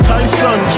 Tyson